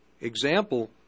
Example